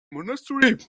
monastery